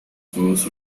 juegos